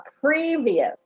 previous